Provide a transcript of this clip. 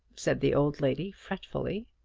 said the old lady, fretfully.